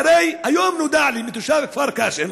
היום נודע לי מתושב כפר קאסם